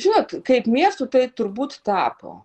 žinot kaip miestu tai turbūt tapo